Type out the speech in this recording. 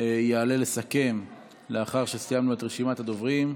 יעלה לסכם, לאחר שסיימנו את רשימת הדוברים,